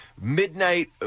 midnight